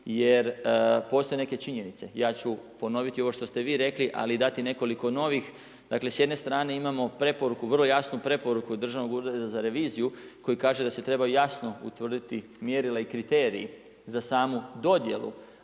jer postoje neke činjenice. Ja ću ponoviti ovo što ste vi rekli, ali i dati nekoliko novih. Dakle, s jedne strane imao preporuku, vrlo jasno preporuku Državnog ureda za reviziju, koji kaže da se trebaju jasno utvrditi mjerila i kriteriji za samu dodjelu